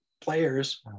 players